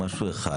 לא.